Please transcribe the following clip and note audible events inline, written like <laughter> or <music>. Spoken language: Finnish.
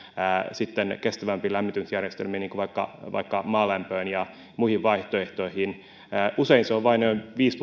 sitten kestävämpiin lämmitysjärjestelmiin niin kuin vaikka vaikka maalämpöön ja muihin vaihtoehtoihin usein se takaisinmaksuaika on vain viisi <unintelligible>